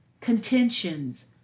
contentions